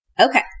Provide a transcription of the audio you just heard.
Okay